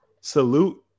Salute